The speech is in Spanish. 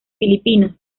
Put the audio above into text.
filipinas